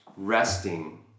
Resting